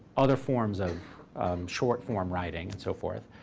other forms of short-form writing, and so forth.